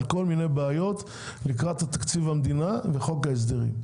על כל מיני בעיות לקראת תקציב המדינה וחוק ההסדרים,